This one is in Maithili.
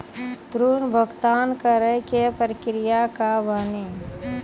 ऋण भुगतान करे के प्रक्रिया का बानी?